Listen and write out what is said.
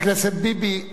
חבר הכנסת ביבי,